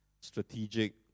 strategic